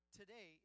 today